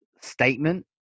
statement